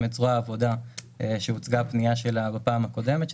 את זרוע העבודה שהוצגה פנייה שלה בפעם הקודמת,